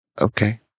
okay